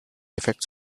effects